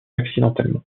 accidentellement